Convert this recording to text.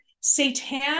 Satan